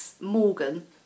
Morgan